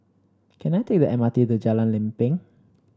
can I take the M R T to Jalan Lempeng